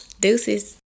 Deuces